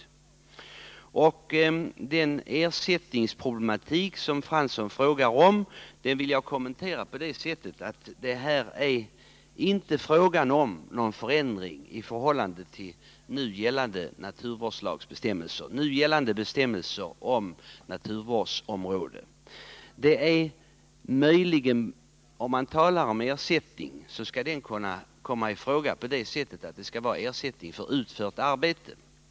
Jan Fransson tog upp ersättningsproblematiken. Jag vill då säga att det här inte är fråga om någon förändring i förhållande till nu gällande bestämmelser om naturvårdsområden. Ersättning skall möjligen kunna komma i fråga om den gäller utfört arbete.